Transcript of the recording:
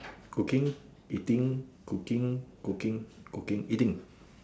cooking eating cooking cooking cooking eating